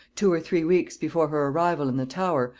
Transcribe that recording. two or three weeks before her arrival in the tower,